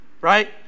right